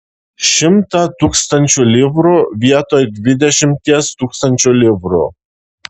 šimtą tūkstančių livrų vietoj dvidešimties tūkstančių livrų